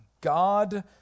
God